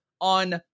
on